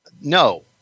no